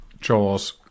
Jaws